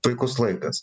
puikus laikas